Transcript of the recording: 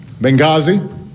Benghazi